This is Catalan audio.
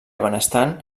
benestant